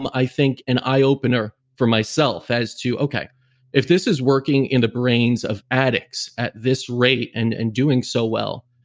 i think, an eye-opener myself as to, okay if this is working in the brains of addicts at this rate and and doing so well,